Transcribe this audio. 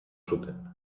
zuten